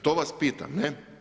To vas pitam, ne.